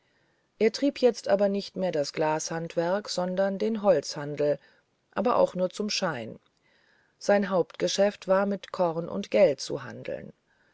er trieb jetzt aber nicht mehr das glashandwerk sondern den holzhandel aber nur zum schein sein hauptgeschäft war mit korn und geld zu handeln